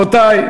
רבותי,